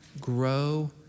grow